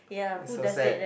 is so sad